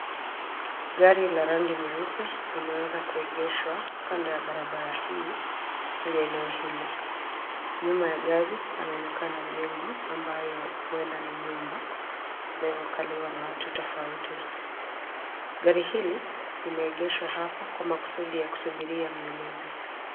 Gari la rangi nyeupe limeweza kuegeshwa kando ya barabara hii kwenye eneo hili. Nyuma ya gari panaonekana jengo ambayo huenda ni nyumba inayokaliwa na watu tofuti. Gari hili limeegeshwa hapa kwa makusudi ya kusubiria mnunuzi.